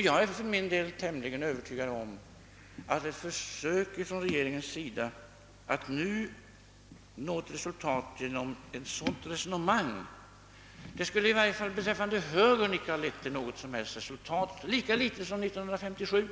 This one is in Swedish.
Jag är för min del övertygad om att ett försök från regeringens sida att nå ett resultat genom ett sådant resonemang i varje fall beträffande högern inte skulle ha någon som helst utsikt att lyckas, lika litet som det gjorde det 1957.